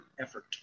effort